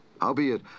Howbeit